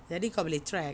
jadi kau boleh track